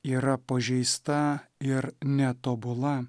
yra pažeista ir netobula